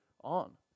on